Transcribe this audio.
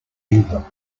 england